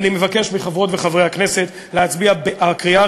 אני מבקש מחברות וחברי הכנסת להצביע בקריאה